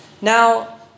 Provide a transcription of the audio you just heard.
Now